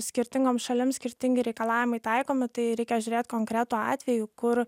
skirtingoms šalims skirtingi reikalavimai taikomi tai reikia žiūrėt konkretų atvejį kur